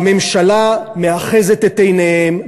והממשלה מאחזת את עיניהם,